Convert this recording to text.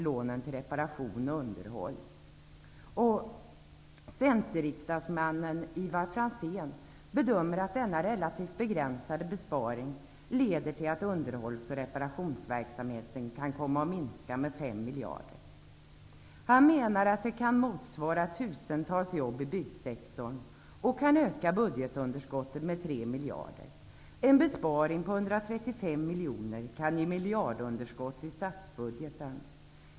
Centerriksdagsmannen Ivar Franzén bedömer att denna relativt begränsade besparing leder till att underhålls och reparationsverksamheten kan komma att minska med 5 miljarder. Han menar att det kan motsvara tusentals jobb i byggsektorn och att det kan öka budgetunderskottet med 3 miljarder. En besparing på 135 miljoner kan ge miljardunderskott i statsbudgeten.